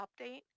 update